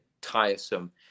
tiresome